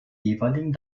jeweiligen